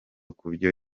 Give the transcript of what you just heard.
kubyo